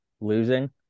losing